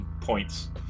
points